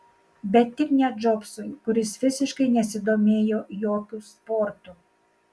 bet tik ne džobsui kuris visiškai nesidomėjo jokiu sportu